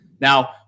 Now